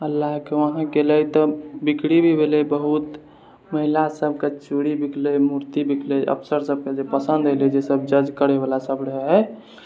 आओर लएके वहाँ गेलय तऽ बिक्री भी भेलय बहुत महिला सबके चूड़ी बिकलय मूर्ति बिकलय अफसर सबके जे पसन्द एलय जे सब जज करयवला सब रहय